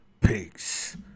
peace